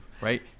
right